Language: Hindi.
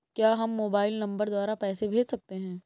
क्या हम मोबाइल नंबर द्वारा पैसे भेज सकते हैं?